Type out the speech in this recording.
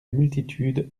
multitude